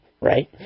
right